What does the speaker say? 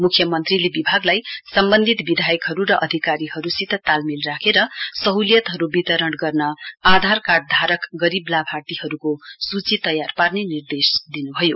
मुख्यमन्त्रीले विभागलाई सम्वन्धित विधायकहरु र अधिकारीहरुसित तालमेल राखेर सहुलियतहरु वितरण गर्न आधार कार्डधारक गरीब लाभार्थीहरुको सूची तयार पार्ने निर्देश दिनुभयो